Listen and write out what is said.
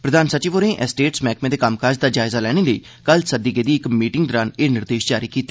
प्रधान सचिव होरें एस्टेट्स मैहकमे दे कम्मकाज दा जायजा लैने लेई कल सद्दी गेदी इक मीटिंग दौरान एह निर्देश जारी कीते